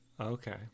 Okay